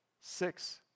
six